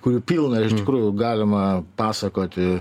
kurių pilna iš tikrųjų galima pasakoti